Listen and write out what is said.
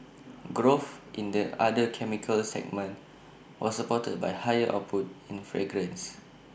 growth in the other chemicals segment was supported by higher output in fragrances